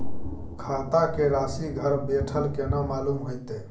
खाता के राशि घर बेठल केना मालूम होते?